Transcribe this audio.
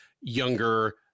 younger